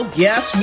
guess